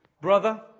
brother